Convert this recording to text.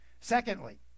Secondly